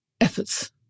efforts